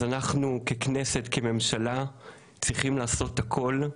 אז אנחנו ככנסת, כממשלה, צריכים לעשות הכל,